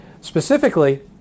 Specifically